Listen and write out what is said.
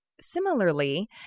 similarly